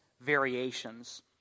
variations